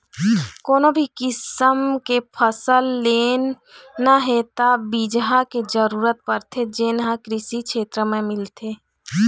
कोनो भी किसम के फसल लेना हे त बिजहा के जरूरत परथे जेन हे कृषि केंद्र म मिलथे